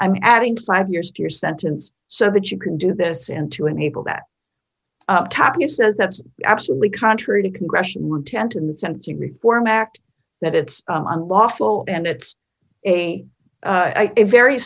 i'm adding five years to your sentence so that you can do this and to enable that thomas says that's absolutely contrary to congressional intent in the sense of reform act that it's unlawful and it's a very